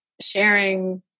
sharing